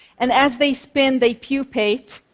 and as they spin they pupate,